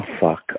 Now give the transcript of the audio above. fuck